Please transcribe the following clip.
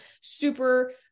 super